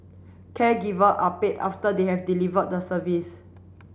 caregiver are paid after they have delivered the service